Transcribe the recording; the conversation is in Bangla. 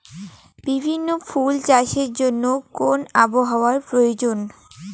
বিভিন্ন ফুল চাষের জন্য কোন আবহাওয়ার প্রয়োজন?